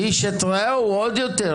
איש את רעהו עוד יותר.